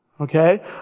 Okay